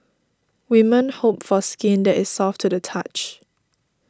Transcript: women hope for skin that is soft to the touch